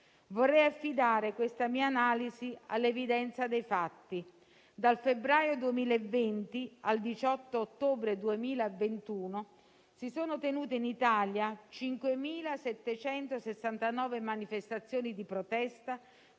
Vorrei affidare questa mia analisi all'evidenza dei fatti. Dal febbraio 2020 al 18 ottobre 2021 si sono tenute in Italia 5.769 manifestazioni di protesta